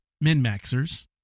min-maxers